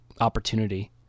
opportunity